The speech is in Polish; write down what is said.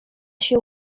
się